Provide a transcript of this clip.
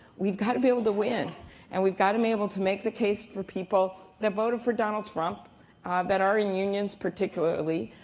we've got to be able to win and we've got to be able to make the case for people that voted for donald trump that are in unions, particularly.